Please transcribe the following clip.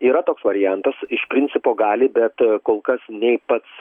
yra toks variantas iš principo gali bet kol kas nei pats